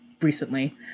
recently